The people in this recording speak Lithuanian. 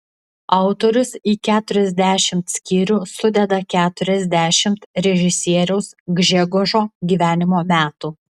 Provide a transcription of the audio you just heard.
autorius į keturiasdešimt skyrių sudeda keturiasdešimt režisieriaus gžegožo gyvenimo metų